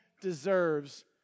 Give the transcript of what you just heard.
deserves